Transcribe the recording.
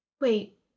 Wait